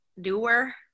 doer